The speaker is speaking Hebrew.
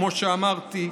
כמו שאמרתי,